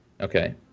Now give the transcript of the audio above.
okay